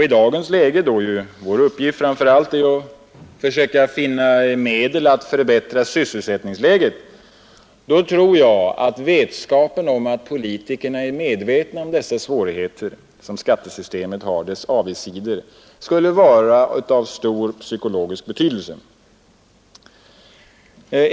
I dagens läge, då vår uppgift framför allt är att försöka finna medel att förbättra sysselsättningsläget, skulle vetskapen om att politikerna är medvetna om skattesystemets avigsidor vara av stor psykologisk betydelse.